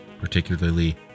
particularly